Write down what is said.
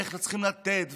ואיך וצריכים לתת,